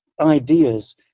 ideas